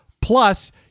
Plus